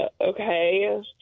Okay